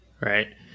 Right